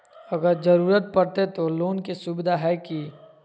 अगर जरूरत परते तो लोन के सुविधा है की?